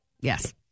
Yes